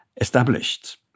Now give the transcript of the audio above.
established